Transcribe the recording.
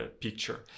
picture